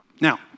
Now